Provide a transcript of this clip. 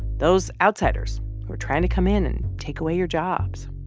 those outsiders who are trying to come in and take away your jobs.